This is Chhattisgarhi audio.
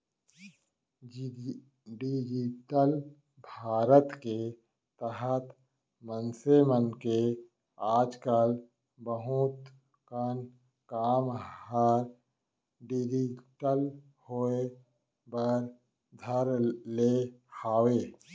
डिजिटल भारत के तहत मनसे मन के आज कल बहुत कन काम ह डिजिटल होय बर धर ले हावय